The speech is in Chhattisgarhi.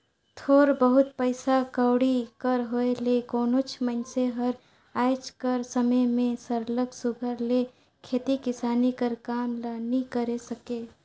थोर बहुत पइसा कउड़ी कर होए ले कोनोच मइनसे हर आएज कर समे में सरलग सुग्घर ले खेती किसानी कर काम ल नी करे सके